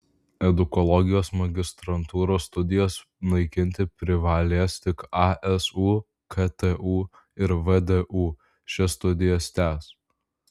edukologijos magistrantūros studijas naikinti privalės tik asu ktu ir vdu šias studijas tęs